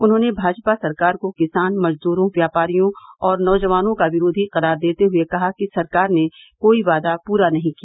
उन्होंने भाजपा सरकार को किसान मजदूरों व्यापारियों और नौजवानों का विरोधी करार देते हए कहा कि सरकार ने कोई वादा पूरा नहीं किया